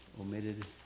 omitted